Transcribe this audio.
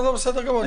בסדר גמור.